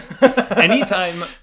Anytime